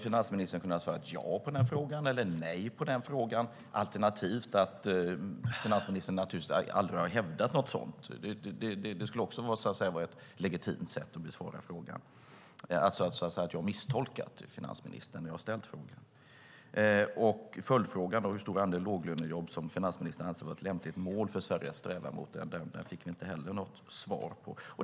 Finansministern hade kunnat svara ja eller nej på den frågan, alternativt att finansministern naturligtvis aldrig har hävdat något sådant. Det skulle också ha varit ett legitimt sätt att besvara frågan, alltså säga att jag misstolkat finansministern när jag ställde den. Följdfrågan var hur stor andel låglönejobb finansministern anser vara ett lämpligt mål för Sverige att sträva mot. Inte heller den frågan fick vi något svar på.